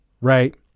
right